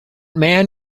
man